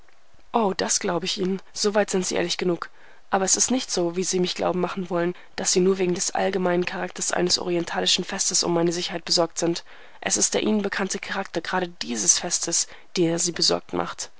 o das glaube ich ihnen so weit sind sie ehrlich genug aber es ist nicht so wie sie mich glauben machen wollen daß sie nur wegen des allgemeinen charakters eines orientalischen festes um meine sicherheit besorgt sind es ist der ihnen bekannte charakter gerade dieses festes der sie besorgt macht